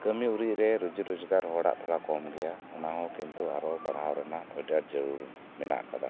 ᱠᱟᱹᱢᱤ ᱩᱨᱤᱡ ᱨᱮ ᱨᱩᱡᱤ ᱨᱳᱡᱽᱜᱟᱨ ᱦᱚᱲᱟᱜ ᱛᱷᱚᱲᱟ ᱠᱚᱢ ᱜᱮᱭᱟ ᱚᱱᱟ ᱦᱚᱸ ᱠᱤᱱᱛᱩ ᱟᱨᱦᱚᱸ ᱯᱟᱲᱦᱟᱣ ᱨᱮᱭᱟᱜ ᱟᱹᱰᱤ ᱟᱸᱴ ᱡᱟᱨᱩᱲ ᱢᱮᱱᱟᱜ ᱟᱠᱟᱫᱟ